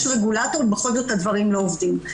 יש רגולטור ובכל זאת הדברים לא עובדים.